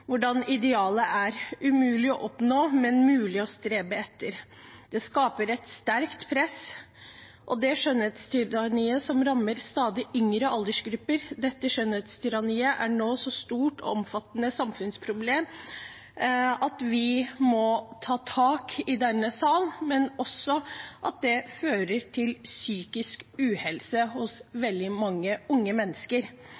hvordan idealet er: umulig å oppnå, men mulig å strebe etter. Det skaper et sterkt press, og det skjønnhetstyranniet som rammer stadig yngre aldersgrupper, er nå et så stort og omfattende samfunnsproblem at vi i denne sal må ta tak. Det fører også til psykisk uhelse hos